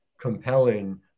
compelling